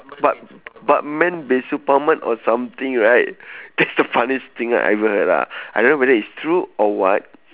but batman bin suparman or something right that's the funniest thing I've ever heard lah I don't know whether it's true or what